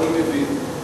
אני מבין,